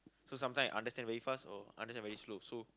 so sometimes I understand very fast or understand very slow so